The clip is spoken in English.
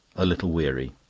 a little weary.